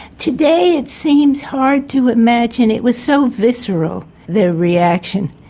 today it seems hard to imagine. it was so visceral, their reaction.